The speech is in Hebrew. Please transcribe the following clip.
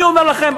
אני אומר לכם,